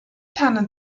tanne